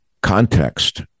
context